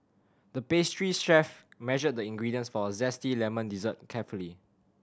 the pastry chef measured the ingredients for a zesty lemon dessert carefully